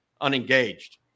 unengaged